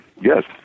yes